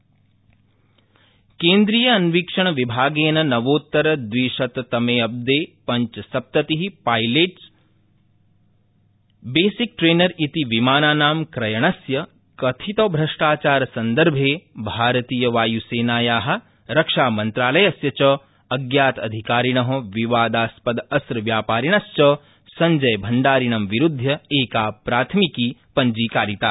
CBI विमानम् केन्द्रीयान्वेषणविभागेन नवोत्तरद्विशततमेऽब्दे पञ्चसप्तति पा जिट्स बेसिक ट्रेनर मि विमानाना क्रयणस्य कथितभ्रष्टाचारसन्दर्भे भारतीयवायुसेनाया रक्षामन्त्रालयस्य अज्ञाताधिकारिण विवादास्पदास्त्रव्यापारिणश्च सञ्जय भण्डारिणं विरुदध्य एका प्राथमिकी पञ्जीकारिता